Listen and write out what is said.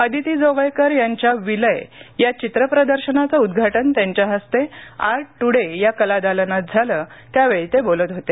अदिती जोगळेकर यांच्या विलय या चित्र प्रदर्शनाचं उद्घाटन त्यांच्या हस्ते आर्ट ट्रडे या कला दालनात झालं त्यावेळी ते बोलत होते